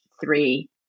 three